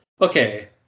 okay